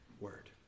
word